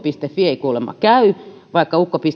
fi ei kuulemma käy vaikka ukko